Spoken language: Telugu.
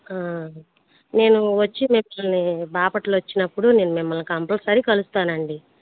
నేను వచ్చి మిమల్ని బాపట్ల వచ్చినప్పుడు నేను మిమల్ని కంపల్సరీ కలుస్తానండి